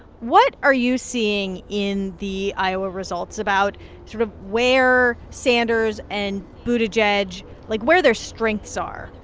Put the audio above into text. what are you seeing in the iowa results about sort of where sanders and buttigieg like, where their strengths are?